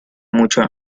mucho